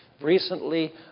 recently